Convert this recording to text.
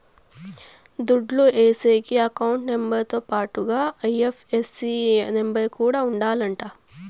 దుడ్లు ఏసేకి account number తో పాటుగా ఐ.ఎఫ్.ఎస్.సి నెంబర్ కూడా ఉండాలంట